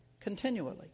continually